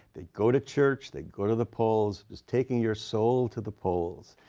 they'd go to church. they'd go to the polls. it's taking your soul to the polls.